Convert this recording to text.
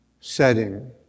setting